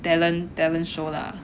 talent talent show lah